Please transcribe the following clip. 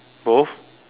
both